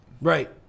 Right